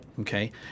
Okay